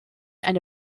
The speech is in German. eine